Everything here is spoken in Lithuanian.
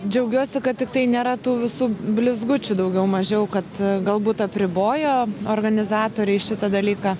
džiaugiuosi kad tiktai nėra tų visų blizgučių daugiau mažiau kad galbūt apribojo organizatoriai šitą dalyką